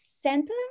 center